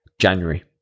January